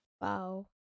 Wow